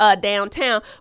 downtown